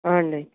అవును అండి